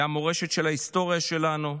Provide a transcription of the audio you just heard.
היא המורשת של ההיסטוריה שלנו,